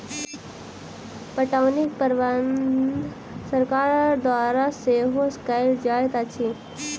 पटौनीक प्रबंध सरकार द्वारा सेहो कयल जाइत अछि